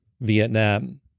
Vietnam